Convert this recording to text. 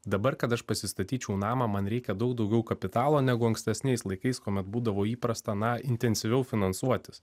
dabar kad aš pasistatyčiau namą man reikia daug daugiau kapitalo negu ankstesniais laikais kuomet būdavo įprasta na intensyviau finansuotis